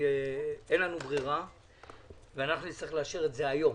אין לנו ברירה ואנחנו נצטרך לאשר את זה היום